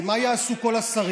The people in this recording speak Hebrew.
הרי מה יעשו כל השרים?